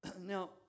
Now